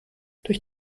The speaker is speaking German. durch